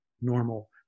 normal